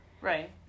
Right